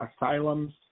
asylums